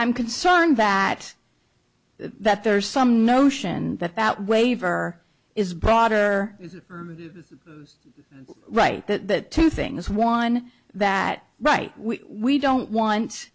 i'm concerned that that there's some notion that that waiver is broader right that things one that right we we don't want